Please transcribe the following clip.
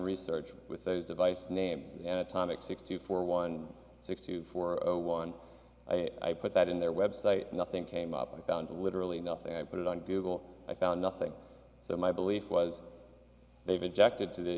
research with those device names and atomic six two four one six two four zero one i put that in their website nothing came up i found literally nothing put it on google i found nothing so my belief was they've objected to the